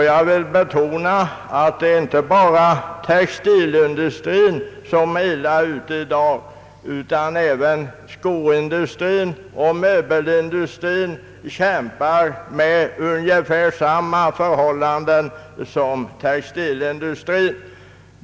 Jag vill betona att det inte bara är textilindustrin som i dag är illa ute, utan även skooch möbelindustrierna kämpar under ungefär samma förhållanden som textilindustrin.